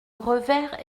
revers